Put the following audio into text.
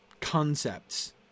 concepts